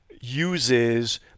uses